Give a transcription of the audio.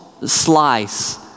Slice